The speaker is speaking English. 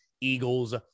Eagles